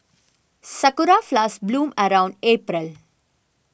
sakura flowers bloom around April